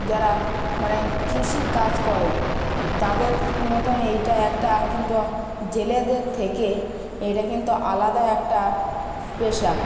যারা মানে কৃষিকাজ করে তাদের মতন এইটা একটা কিন্তু জেলেদের থেকে এইটা কিন্তু আলাদা একটা পেশা